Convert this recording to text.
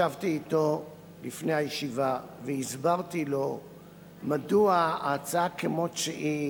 ישבתי אתו לפני הישיבה והסברתי לו מדוע ההצעה כמות שהיא